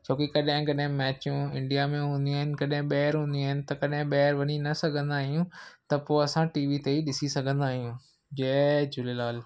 छो की कॾहिं कॾहिं मैचूं इंडिया में हूंदियूं आहिनि कॾहिं ॿाहिरि हूंदियूं आहिनि त कॾहिं ॿाहिरि वञी न सघंदा आहियूं त पोइ असां टी वी ई ॾिसी सघंदा आहियूं जय झूलेलाल